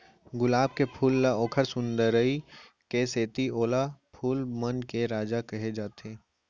गुलाब के फूल ल ओकर सुंदरई के सेती ओला फूल मन के राजा कहे जाथे